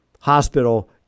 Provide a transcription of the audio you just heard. hospital